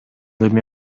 эми